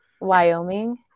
Wyoming